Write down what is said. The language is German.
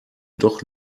doch